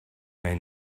may